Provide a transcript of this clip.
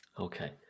okay